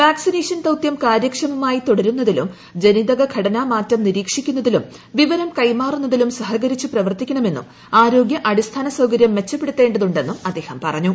vaccination ദൌതൃം കാര്യക്ഷമമായി തുടരുന്നതിലും ജനിതകഘടനാ മാറ്റം നിരീക്ഷിക്കുന്നതിലും വിവരം കൈമാറുന്നതിലും സഹകരിച്ച് പ്രവർത്തിക്കണമെന്നും ആരോഗൃ അടിസ്ഥാന സൌകര്യം മെച്ചപ്പെടുത്തേണ്ടതുണ്ടെന്നും അദ്ദേഹം പറഞ്ഞു